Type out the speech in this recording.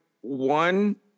one